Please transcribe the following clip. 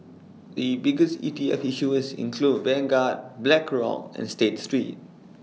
the biggest E T F issuers include Vanguard Blackrock and state street